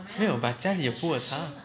没有 but 家里的普洱茶